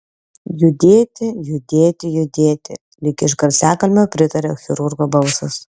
judėti judėti judėti lyg iš garsiakalbio pritaria chirurgo balsas